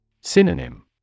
Synonym